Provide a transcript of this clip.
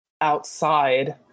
outside